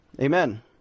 amen